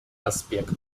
аспекты